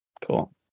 Cool